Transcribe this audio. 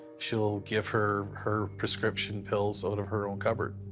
she'll give her her prescription pills out of her own cupboard.